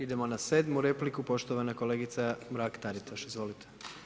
Idemo na 7. repliku, poštovana kolegica Mrak Taritaš, izvolite.